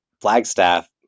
Flagstaff